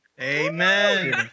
Amen